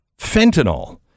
Fentanyl